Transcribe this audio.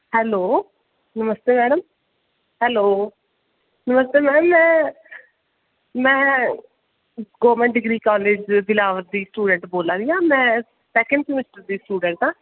hello namaste madam hello namaste madam में government degree college Billawar दी student बोला निं आं में सैकेंड सेमेस्टर दी स्टूडेंट आं